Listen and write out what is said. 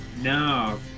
No